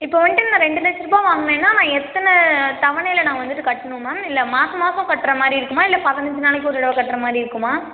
இப்போ வந்துட்டு நான் ரெண்டு லட்சரூபா வாங்கினேனா நான் எத்தனை தவணையில நான் வந்துவிட்டு கட்டணும் மேம் இல்லை மாதம் மாதம் கட்டுற மாதிரி இருக்குமா இல்லை பதினஞ்சு நாளைக்கு ஒரு தடவை கட்டுற மாதிரி இருக்குமா